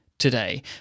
today